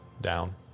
down